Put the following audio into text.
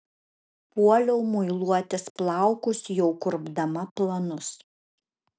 puoliau muiluotis plaukus jau kurpdama planus